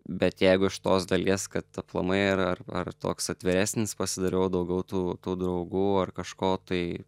bet jeigu iš tos dalies kad aplamai ir ar ar toks atviresnis pasidariau daugiau tų tų draugų ar kažko tai